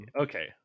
Okay